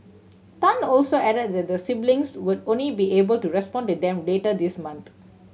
Tan also added that the siblings would only be able to respond to them later this month